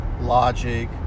logic